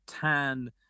tan